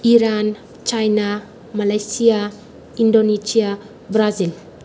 Iran China Malaysia Indonesia Brazil